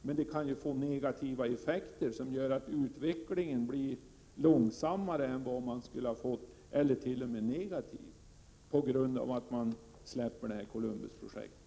Men det kan uppstå negativa effekter som gör att utvecklingen blir långsammare än den man annars skulle ha fått eller t.o.m. negativ, på grund av att Sverige släpper Columbusprojektet.